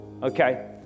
Okay